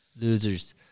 Losers